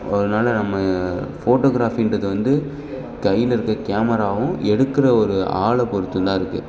அதனால் நம்ம ஃபோட்டோக்ராஃபின்றது வந்து கையில் இருக்கற கேமராவும் எடுக்கிற ஒரு ஆளை பொறுத்து தான் இருக்குது